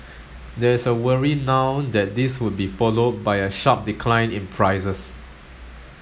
there is a worry now that this would be followed by a sharp decline in prices